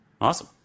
Awesome